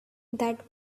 that